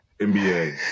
NBA